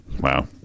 Wow